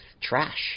trash